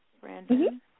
Brandon